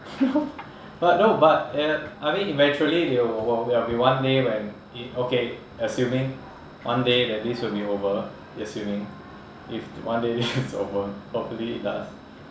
no but no but uh I mean eventually they will there will be one day when okay assuming one day that this will be over assuming if one day this is over hopefully it does